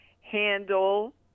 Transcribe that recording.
handle